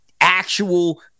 actual